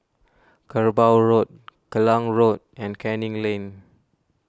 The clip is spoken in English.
Kerbau Road Klang Road and Canning Lane